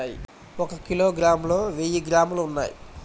ఒక కిలోగ్రామ్ లో వెయ్యి గ్రాములు ఉన్నాయి